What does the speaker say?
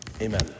Amen